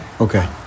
Okay